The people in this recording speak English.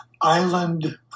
Island